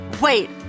wait